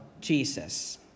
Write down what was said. Jesus